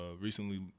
recently